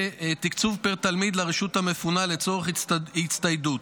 ותקצוב פר תלמיד לרשות המפונה לצורך הצטיידות.